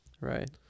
Right